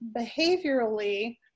behaviorally